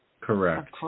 Correct